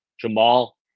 Jamal